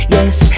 Yes